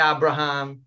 Abraham